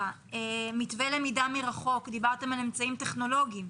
מתווה למידה מרחוק, דיברתם על אמצעים טכנולוגיים,